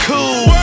Cool